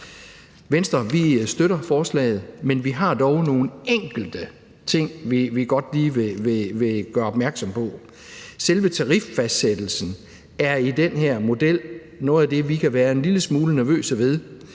Venstre støtter vi forslaget, men vi har dog nogle enkelte ting, vi godt lige vil gøre opmærksom på. Selve tariffastsættelsen er i den her model noget af det, vi kan være en lille smule nervøse ved.